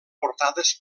portades